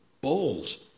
bold